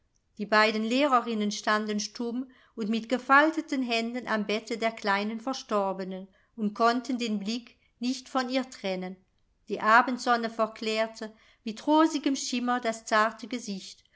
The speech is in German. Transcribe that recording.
die beiden lehrerinnen standen stumm und mit gefalteten händen am bette der kleinen verstorbenen und konnten den blick nicht von ihr trennen die abendsonne verklärte mit rosigem schimmer das zarte gesicht